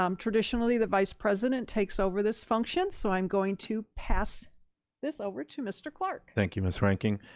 um traditionally, the vice president takes over this function so i'm going to pass this over to mr. clark. thank you miss reinking.